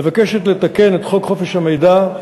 מבקשת לתקן את חוק חופש המידע,